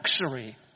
luxury